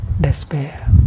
despair